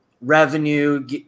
revenue